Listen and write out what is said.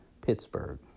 Pittsburgh